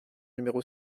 numéro